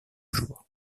jours